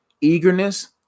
eagerness